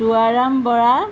Juwaram Bora